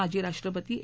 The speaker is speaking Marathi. माजी राष्ट्रपती ए